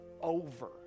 over